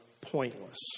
pointless